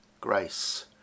grace